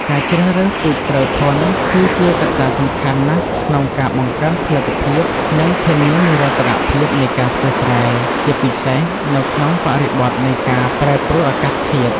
ការជ្រើសរើសពូជស្រូវធន់ គឺជាកត្តាសំខាន់ណាស់ក្នុងការបង្កើនផលិតភាព និងធានានិរន្តរភាពនៃការធ្វើស្រែ ជាពិសេសនៅក្នុងបរិបទនៃការប្រែប្រួលអាកាសធាតុ។